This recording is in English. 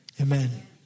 Amen